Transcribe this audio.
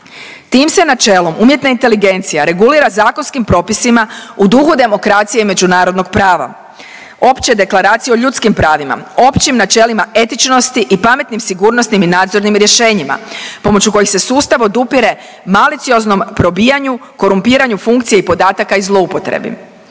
Tim se načelom umjetna inteligencija regulira zakonskim propisima u duhu demokracije i međunarodnog prava, Opće deklaracije o ljudskim pravima, o općim načelima etičnosti i pametnim, sigurnosnim i nadzornim rješenjima pomoću kojih se sustav odupire malicioznom probijanju, korumpiranju funkcija i podataka i zloupotrebi.